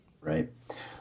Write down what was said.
Right